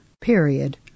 period